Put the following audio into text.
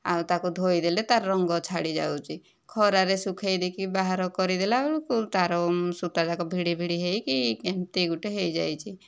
ଆଉ ତାକୁ ଧୋଇଦେଲେ ତା'ର ରଙ୍ଗ ଛାଡ଼ି ଯାଉଛି ଖରାରେ ଶୁଖାଇ ଦେଇକି ବାହାର କରିଦେଲା ବେଳକୁ ତା'ର ସୂତା ଯାକ ଭିଡ଼ି ଭିଡ଼ି ହୋଇକି କେମିତି ଗୋଟିଏ ହୋଇଯାଇଛି